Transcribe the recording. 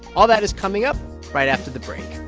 all that is coming up right after the break